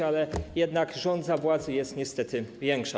Ale jednak żądza władzy jest niestety większa.